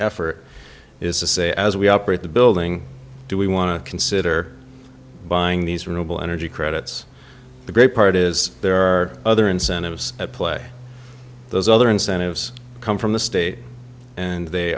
effort is to say as we operate the building do we want to consider buying these renewable energy credits the great part is there are other incentives at play those other incentives come from the state and they